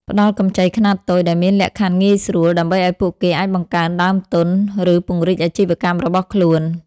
ផ្តល់កម្ចីខ្នាតតូចដែលមានលក្ខខណ្ឌងាយស្រួល ដើម្បីឱ្យពួកគេអាចបង្កើនដើមទុន ឬពង្រីកអាជីវកម្មរបស់ខ្លួន ។